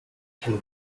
can